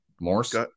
Morse